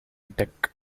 deck